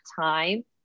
time